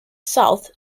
south